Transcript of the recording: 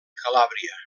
calàbria